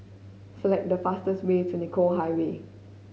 select the fastest way to Nicoll Highway